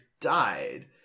died